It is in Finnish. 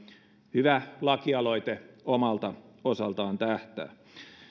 hyvä lakialoite omalta osaltaan tähtää